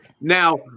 now